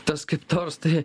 tas kaip nors tai